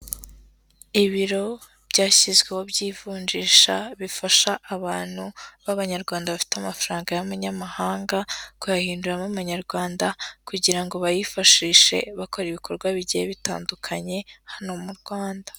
Ibiro byashyizweho by'ivunjisha bifasha abantu b'abanyarwanda bafite amafaranga y'amanyamahanga, kuyahinduramo amanyarwanda kugira ngo bayifashishe, bakora ibikorwa bigiye bitandukanye hano mu Rwanda.